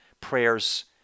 prayers